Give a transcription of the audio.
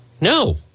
No